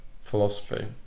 philosophy